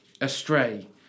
astray